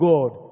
God